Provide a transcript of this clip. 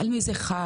על מי זה חל,